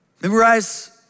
Memorize